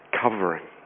covering